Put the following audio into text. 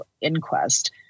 inquest